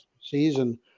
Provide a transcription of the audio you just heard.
season